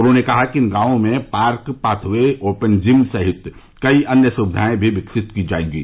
उन्होंने कहा कि इन गांवों में park pathway open gym सहित कई अन्य सुविधाएं भी विकसित की जाएंगी